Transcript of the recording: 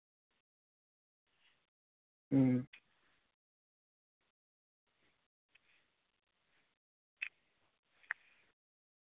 ᱦᱩᱸ